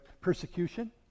persecution